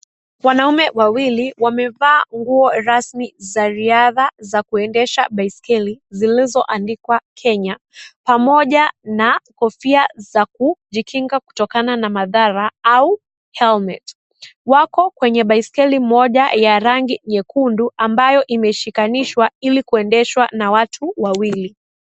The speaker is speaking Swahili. Wanaume wawili, wamevaa nguo rasmi za riadha za kuendesha baiskeli, zilizoandikwa Kenya, pamoja na kofia za kujikinga kutokana na madhara au helmet . Wako kwenye baiskeli moja ya rangi nyekundu, ambayo imeshikanishwa, ili kuendeshwa na watu wawili.